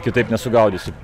kitaip nesugaudysi